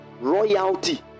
royalty